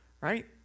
right